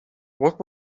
what